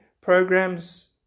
programs